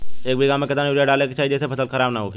एक बीघा में केतना यूरिया डाले के चाहि जेसे फसल खराब ना होख?